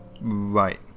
Right